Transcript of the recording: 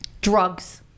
Drugs